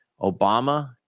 obama